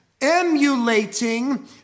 emulating